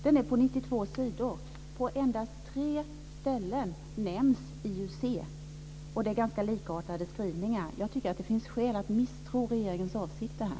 Den är på 92 sidor. På endast tre ställen nämns IUC och det är ganska likartade skrivningar. Jag tycker att det finns skäl att misstro regeringens avsikter.